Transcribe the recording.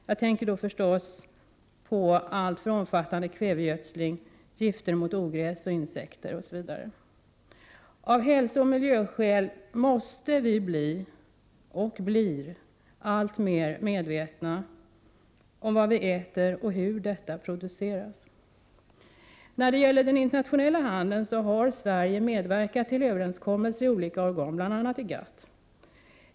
Jag tänker förstås på alltför omfattande kvävegödsling och gifter mot ogräs och insekter osv. Av hälsooch miljöskäl måste vi bli — och blir — alltmer medvetna om vad vi äter och hur födan produceras. När det gäller den internationella handeln har Sverige medverkat till överenskommelser i olika organ, bl.a. i GATT.